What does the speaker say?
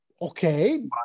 Okay